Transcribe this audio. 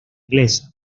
inglesa